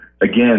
Again